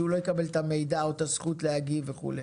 לא יקבל את המידע או את הזכות להגיב וכולי.